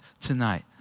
tonight